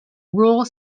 rule